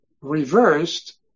reversed